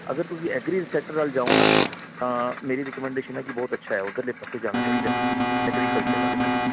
ਅਗਰ ਤੁਸੀਂ agri sector ਵੱਲ ਜਾਓ ਨਾ ਤਾਂ ਮੇਰੀ ਰਿਕਮੈਂਡੇਸ਼ਨ ਹੈ ਕਿ ਬਹੁਤ ਅੱਛਾ ਹੈ ਉੱਧਰਲੇ ਪਾਸੇ ਜਾਣਾ ਚਾਹੀਦਾ ਐਗਰੀਕਲਚਰ ਵਾਲੇ ਪਾਸੇ